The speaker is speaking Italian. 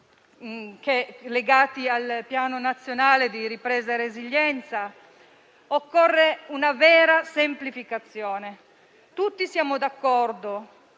legati al Piano nazionale di ripresa e resilienza, occorre una vera semplificazione. Tutti siamo d'accordo